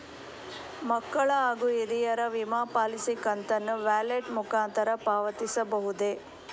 ಮಕ್ಕಳ ಹಾಗೂ ಹಿರಿಯರ ವಿಮಾ ಪಾಲಿಸಿ ಕಂತನ್ನು ವ್ಯಾಲೆಟ್ ಮುಖಾಂತರ ಪಾವತಿಸಬಹುದೇ?